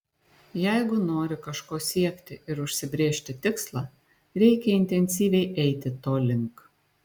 jeigu nori kažko siekti ir užsibrėžti tikslą reikia intensyviai eiti to link